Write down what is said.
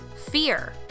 fear